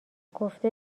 گفته